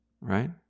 right